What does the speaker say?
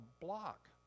block